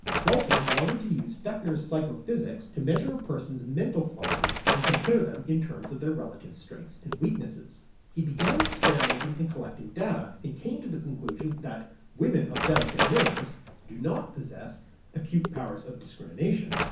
galton wanted to use fechner's psychophysics to measure a person's mental qualities, and compare them in terms of their relative strengths and weaknesses. he began experimenting and collecting data, and came to the conclusion that women of delicate nerves do not possess acute powers of discrimination,